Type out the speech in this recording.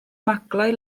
maglau